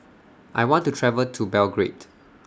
I want to travel to Belgrade